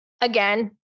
again